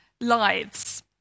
lives